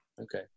Okay